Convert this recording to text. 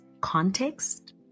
context